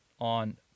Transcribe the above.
on